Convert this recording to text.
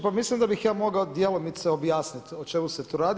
Pa mislim da bih ja mogao djelomice objasnit o čemu se tu radi.